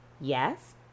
Yes